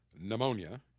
pneumonia